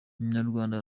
umunyarwanda